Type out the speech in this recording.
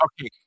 Okay